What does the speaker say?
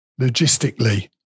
logistically